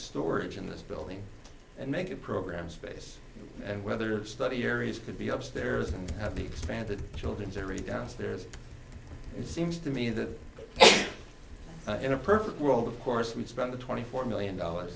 storage in this building and make it program space and weather study areas could be up stairs and have expanded children's every downstairs it seems to me that in a perfect world of course we'd spend the twenty four million dollars